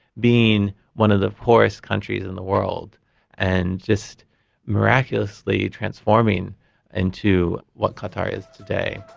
being one of the poorest countries in the world and just miraculously transforming into what qatar is today.